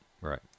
right